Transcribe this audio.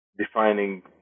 defining